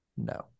no